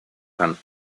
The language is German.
kann